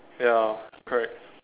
ya correct